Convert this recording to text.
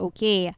Okay